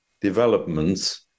developments